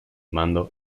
mando